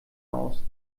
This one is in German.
aus